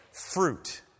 fruit